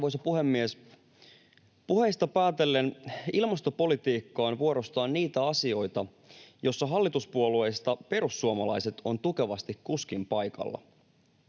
Arvoisa puhemies! Puheista päätellen ilmastopolitiikka on vuorostaan niitä asioita, joissa hallituspuolueista perussuomalaiset ovat tukevasti kuskin paikalla.